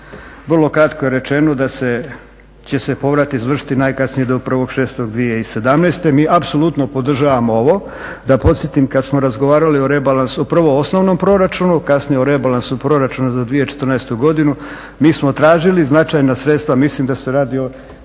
Vrlo kratko je rečeno da će se povrat izvršiti najkasnije do 1.6.2017. mi apsolutno podržavamo ovo. Da podsjetim kada smo razgovarali o rebalansu prvo o osnovnom proračunu, kasnije o rebalansu proračuna za 2014.godinu, mi smo tražili značajna sredstva, mislim da se radi o